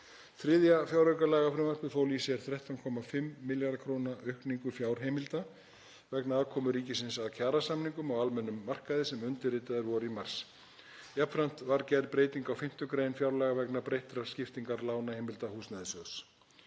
Þriðja fjáraukalagafrumvarpið fól í sér 13,5 milljarða kr. aukningu fjárheimilda vegna aðkomu ríkisins að kjarasamningum á almennum markaði sem undirritaðir voru í mars. Jafnframt var gerð breyting á 5. gr. fjárlaga vegna breyttrar skiptingar lánaheimilda Húsnæðissjóðs.